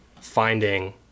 finding